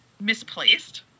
misplaced